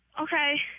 Okay